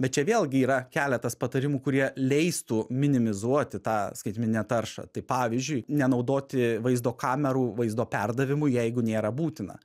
bet čia vėlgi yra keletas patarimų kurie leistų minimizuoti tą skaitmeninę taršą tai pavyzdžiui nenaudoti vaizdo kamerų vaizdo perdavimui jeigu nėra būtina